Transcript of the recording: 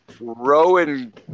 Rowan